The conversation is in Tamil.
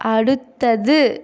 அடுத்தது